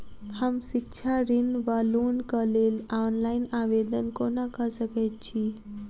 हम शिक्षा ऋण वा लोनक लेल ऑनलाइन आवेदन कोना कऽ सकैत छी?